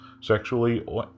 sexually